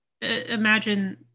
imagine